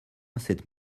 cette